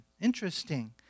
Interesting